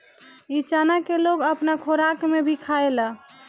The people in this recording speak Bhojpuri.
इ चना के लोग अपना खोराक में भी खायेला